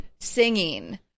singing